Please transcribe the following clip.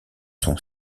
son